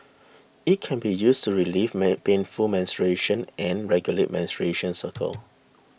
it can be used to relieve main painful menstruation and regulate menstruation cycle